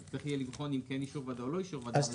אז צריך יהיה לבחון אם כן אישור ועדה או לא אישור ועדה.